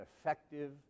Effective